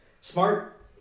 Smart